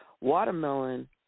Watermelon